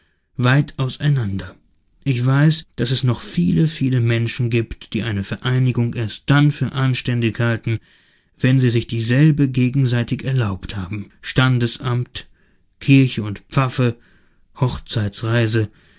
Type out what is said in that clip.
weit auseinander ich weiß daß es noch viele viele menschen gibt die eine vereinigung erst dann für anständig halten wenn sie sich dieselbe gegenseitig erlaubt haben standesamt kirche und pfaffe hochzeitsreise